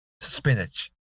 Spinach